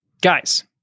Guys